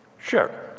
Sure